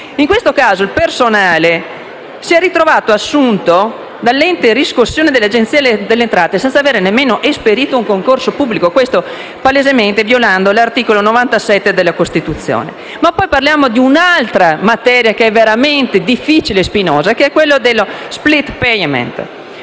In questo caso, il personale si è ritrovato assunto dall'ente riscossione dell'Agenzia delle entrate senza avere nemmeno esperito un concorso pubblico, violando palesemente l'articolo 97 della Costituzione. Parliamo poi di un'altra materia che è veramente difficile e spinosa: lo *split payment*,